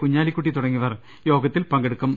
കുഞ്ഞാലിക്കുട്ടി തുടങ്ങിയവർ യോഗത്തിൽ പങ്കെടുക്കും